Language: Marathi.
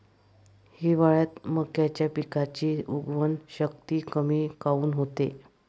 हिवाळ्यात मक्याच्या पिकाची उगवन शक्ती कमी काऊन होते?